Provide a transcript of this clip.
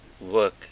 work